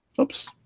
Oops